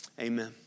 Amen